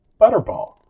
Butterball